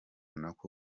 nako